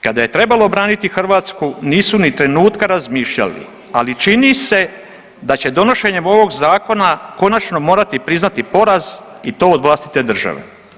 Kada je trebalo braniti Hrvatsku nisu ni trenutka razmišljali, ali čini se da će donošenjem ovog zakona konačno morati priznati poraz i to od vlastite države.